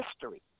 history